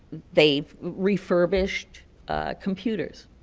they've refurbished computers,